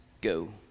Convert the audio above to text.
go